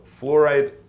Fluoride